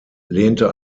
lehnte